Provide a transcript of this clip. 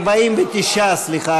49. 49, סליחה.